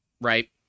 Right